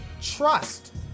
Trust